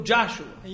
Joshua